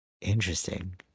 Interesting